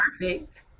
perfect